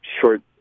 short